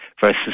versus